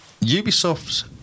Ubisoft